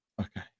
Okay